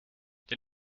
der